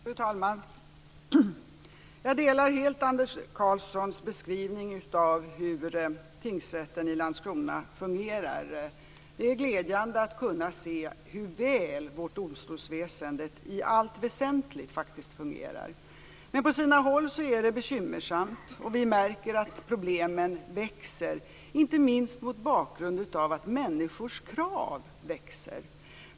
Fru talman! Jag instämmer helt i Anders Karlssons beskrivning av hur tingsrätten i Landskrona fungerar. Det är glädjande att se hur väl vårt domstolsväsende faktiskt fungerar i allt väsentligt. Men på sina hålla är det bekymmersamt. Vi märker att problemen växer, inte minst mot bakgrund av att människors krav växer.